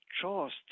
trust